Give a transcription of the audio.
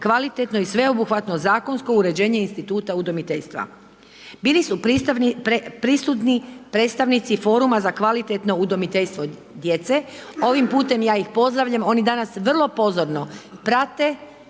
kvalitetno i sveobuhvatno zakonsko uređenje instituta udomiteljstva. Bili su prisutni predstavnici Foruma za kvalitetno udomiteljstvo djece, ovim putem ja ih pozdravljam, oni danas vrlo pozorno prate